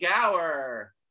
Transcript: Gower